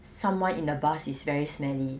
someone in the bus is very smelly